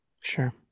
Sure